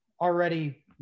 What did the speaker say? already